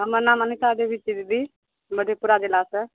हमर नाम अनिता देवी छै दीदी मधेपुरा जिलासँ